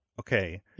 okay